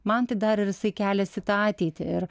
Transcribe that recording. man tai dar ir jisai kelias į tą ateitį ir